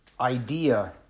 idea